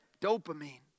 Dopamine